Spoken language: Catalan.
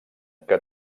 que